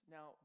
Now